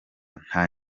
nta